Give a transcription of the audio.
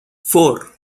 four